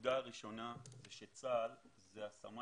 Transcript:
הנקודה הראשונה היא שצה"ל זה הסמן